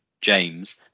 James